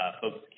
folks